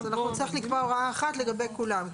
אז אנחנו נצטרך לקבוע הוראה אחת לגבי כולם,